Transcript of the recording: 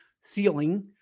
ceiling